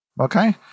Okay